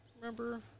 Remember